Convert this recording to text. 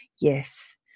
yes